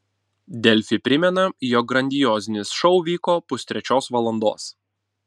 delfi primena jog grandiozinis šou vyko pustrečios valandos